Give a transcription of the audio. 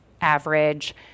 average